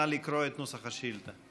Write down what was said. נא לקרוא את נוסח השאילתה.